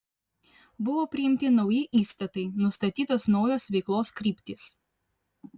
buvo priimti nauji įstatai nustatytos naujos veiklos kryptys